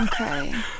Okay